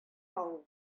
тау